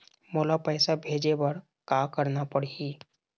मोला पैसा भेजे बर का करना पड़ही?